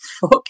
Fuck